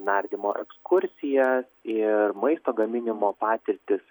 nardymo ekskursijas ir maisto gaminimo patirtis